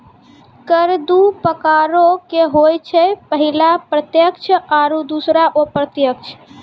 कर दु प्रकारो के होय छै, पहिला प्रत्यक्ष आरु दोसरो अप्रत्यक्ष